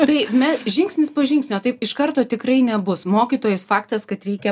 tai me žingsnis po žingsnio taip iš karto tikrai nebus mokytojas faktas kad reikia